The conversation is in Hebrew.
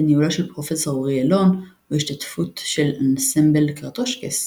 בניהולו של פרופסור אורי אלון ובהשתתפות של אנסמבל קרטושקס,